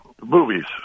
movies